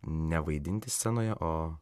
nevaidinti scenoje o